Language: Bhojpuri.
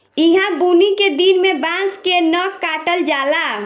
ईहा बुनी के दिन में बांस के न काटल जाला